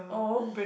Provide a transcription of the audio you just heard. oh